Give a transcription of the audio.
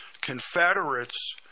Confederates